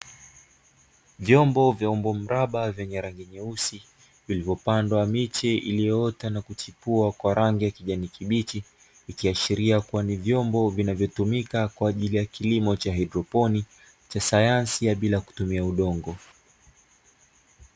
Vyombo vya umbo mraba vyenye rangi nyeusi vilivyopandwa miche iliyoota na kuchipua kwa rangi ya kijani kibichi. Ikiashiria kuwa ni vyombo vinavyotumika kwa ajili ya kilimo cha haidroponi cha sayansi ya bila kutumia udongo.